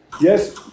yes